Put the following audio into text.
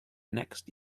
next